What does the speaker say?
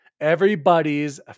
everybody's